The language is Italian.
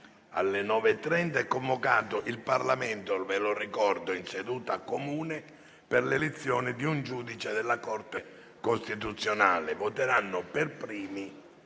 ore 9,30, è convocato il Parlamento in seduta comune per l'elezione di un giudice della Corte costituzionale. Voteranno per primi